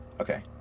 Okay